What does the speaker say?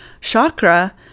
chakra